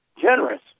generous